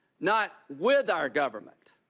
not with our government.